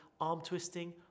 arm-twisting